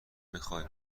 میخای